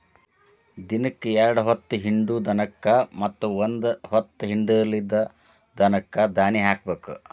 ದಿನಕ್ಕ ಎರ್ಡ್ ಹೊತ್ತ ಹಿಂಡು ದನಕ್ಕ ಮತ್ತ ಒಂದ ಹೊತ್ತ ಹಿಂಡಲಿದ ದನಕ್ಕ ದಾನಿ ಹಾಕಬೇಕ